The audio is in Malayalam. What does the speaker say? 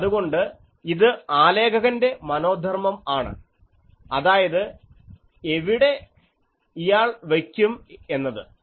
അതുകൊണ്ട് ഇത് ആലേഖകൻ്റെ മനോധർമം ആണ് അതായത് എവിടെ ഇയാൾ വയ്ക്കും എന്നത്